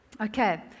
Okay